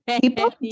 people